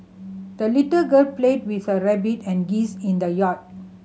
the little girl played with her rabbit and geese in the yard